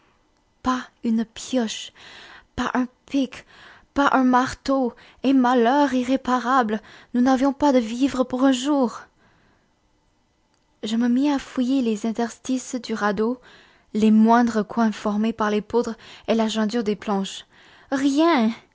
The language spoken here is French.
pas une pioche pas un pic pas un marteau et malheur irréparable nous n'avions pas de vivres pour un jour je me mis à fouiller les interstices du radeau les moindres coins formés par les poutres et la jointure des planches rien